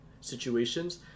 situations